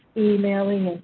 emailing, and